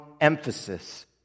emphasis